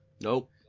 Nope